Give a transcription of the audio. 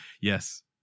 Yes